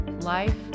life